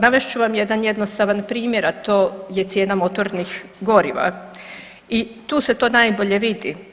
Navest ću vam jedan jednostavan primjer, a to je cijena motornih goriva i tu se to najbolje vidi.